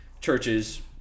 churches